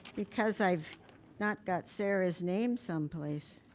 because i've not got sarah's name some place.